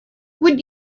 would